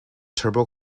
turbo